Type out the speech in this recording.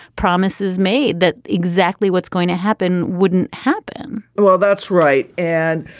promises made that exactly what's going to happen wouldn't happen well, that's right. and,